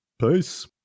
Peace